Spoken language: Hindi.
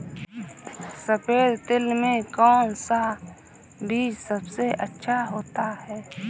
सफेद तिल में कौन सा बीज सबसे अच्छा होता है?